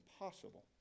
impossible